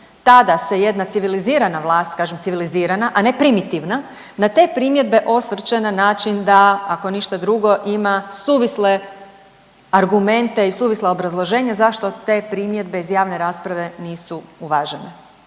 tada se jedna civilizirana vlast, kažem civilizirana, a ne primitivna, na te primjedbe osvrće na način da ako ništa drugo ima suvisle argumente i suvisla obrazloženja zašto te primjedbe iz javne rasprave nisu uvažene.